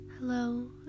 Hello